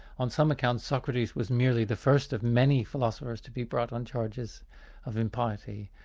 on some accounts, socrates was merely the first of many philosophers to be brought on charges of impiety.